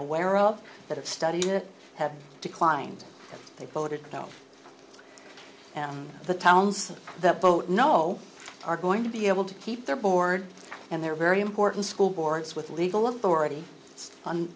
aware of that have studied it have declined they voted no and the towns that vote no are going to be able to keep their board and their very important school boards with legal authority on